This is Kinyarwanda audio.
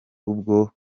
ubwo